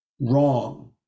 wrong